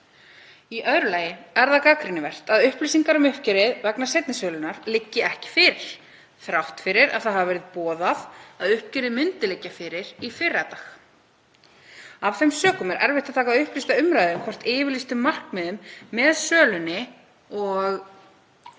Í öðru lagi er það gagnrýnivert að upplýsingar um uppgjörið vegna seinni sölunnar liggja ekki fyrir þrátt fyrir að boðað hafi verið að uppgjörið myndi liggja fyrir í fyrradag. Af þeim sökum er erfitt að taka upplýsta umræðu um hvort yfirlýstum markmiðum með sölunni og týpunni